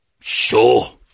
Sure